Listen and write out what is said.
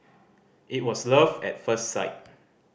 it was love at first sight